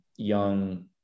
young